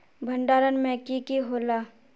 भण्डारण में की की होला?